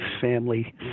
family